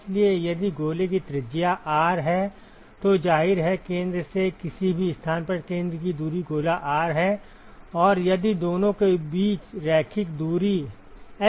इसलिए यदि गोले की त्रिज्या R है तो जाहिर है केंद्र से किसी भी स्थान पर केंद्र की दूरी गोला R है और यदि दोनों के बीच रैखिक दूरी S है